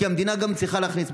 כי המדינה גם צריכה להכניס,